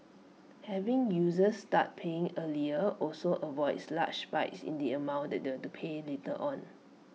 having users start paying earlier also avoids large spikes in the amount that they pay later on